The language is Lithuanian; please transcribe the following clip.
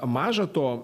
maža to